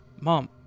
Mom